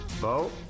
Bo